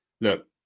Look